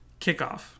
kickoff